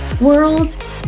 world